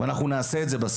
ואנחנו נעשה את זה.